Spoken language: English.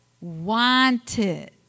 Wanted